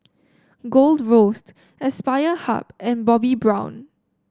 Gold Roast Aspire Hub and Bobbi Brown